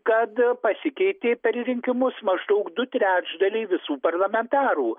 kad pasikeitė per rinkimus maždaug du trečdaliai visų parlamentarų